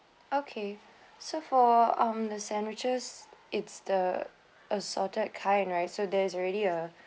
okay so for um the sandwiches it's the assorted kind right so there's already ah